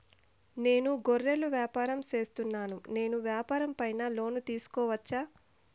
నేను గొర్రెలు వ్యాపారం సేస్తున్నాను, నేను వ్యాపారం పైన లోను తీసుకోవచ్చా?